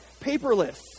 paperless